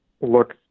look